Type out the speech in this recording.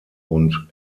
und